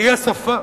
והיא השפה.